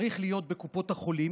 שהן תרופות מצילות חיים,